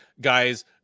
guys